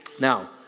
Now